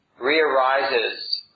re-arises